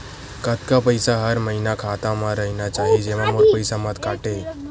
कतका पईसा हर महीना खाता मा रहिना चाही जेमा मोर पईसा मत काटे?